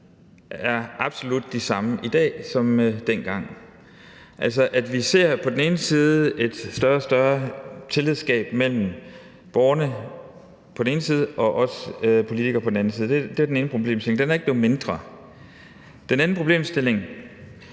er absolut de samme i dag som dengang. Altså, vi ser et større og større tillidsgab mellem borgerne på den ene side og os politikere på den anden side. Det er den ene problemstilling. Den er ikke blevet mindre væsentlig. Den anden problemstilling